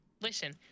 listen